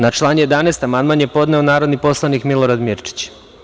Na član 11. amandman je podneo narodni poslanik Milorad Mirčić.